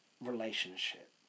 relationship